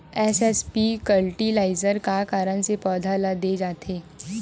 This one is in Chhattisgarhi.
एस.एस.पी फर्टिलाइजर का कारण से पौधा ल दे जाथे?